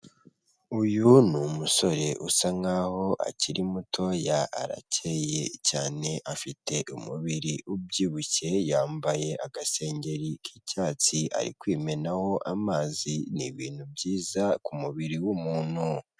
Uyu ni umusore usa nk'aho akiri mutoya arakeye cyane, afite umubiri ubyibushye, yambaye agasengeri k'icyatsi, ari kwimenaho amazi, ni ibintu byiza ku mubiri w'umuntu.